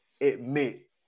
admit